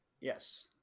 yes